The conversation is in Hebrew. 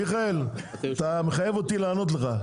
מיכאל, אתה מחייב אותי לענות לך.